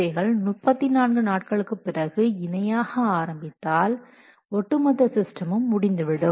இவைகள் 34 நாட்களுக்கு பிறகு இணையாக ஆரம்பித்தால் ஒட்டுமொத்த சிஸ்டமும் முடிந்துவிடும்